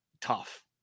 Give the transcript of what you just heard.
tough